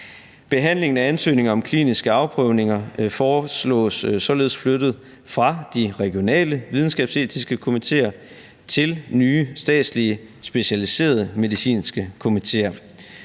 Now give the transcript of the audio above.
Behandlingen af ansøgninger om kliniske afprøvninger foreslås således flyttet fra de regionale videnskabsetiske komitéer til nye statslige specialiserede medicinske komitéer.